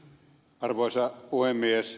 arvoisa puhemies